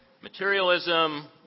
materialism